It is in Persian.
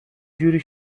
جوری